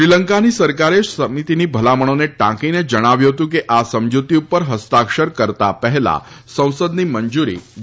શ્રીલંકાની સરકારે સમિતિની ભલામણોને ટાંકીને જણાવ્યું હતુ કે આ સમજૂતી ઉપર હસ્તાક્ષર કરતા પહેલા સંસદની મંજૂરી જરૂરી જણાય છે